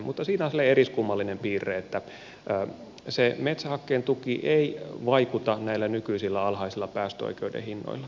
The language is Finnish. mutta siinä on sellainen eriskummallinen piirre että se metsähakkeen tuki ei vaikuta näillä nykyisillä alhaisilla päästöoikeuden hinnoilla